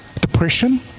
depression